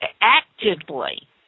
actively